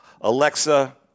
Alexa